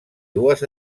dues